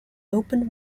open